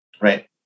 Right